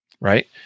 right